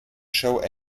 show